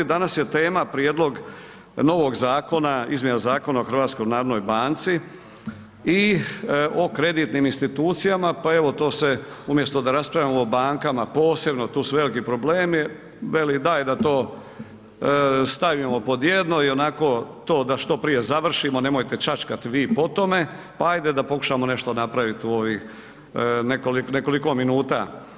Danas je tema prijedlog novog zakona izmjena Zakona o HNB-u i o kreditnim institucijama pa evo to da se, umjesto da raspravljamo o bankama posebno, tu su veliki problemi, veli daj da to stavimo pod jedno i onako to da što prije završimo, nemojte čačkati vi po tome, pa ajde da pokušamo nešto napraviti u ovih nekoliko minuta.